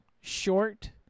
short